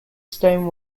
stone